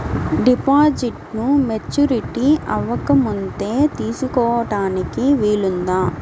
డిపాజిట్ను మెచ్యూరిటీ అవ్వకముందే తీసుకోటానికి వీలుందా?